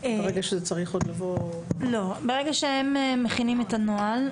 ברגע שהם מכינים את הנוהל,